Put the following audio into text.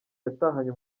yatahanye